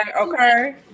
Okay